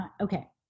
Okay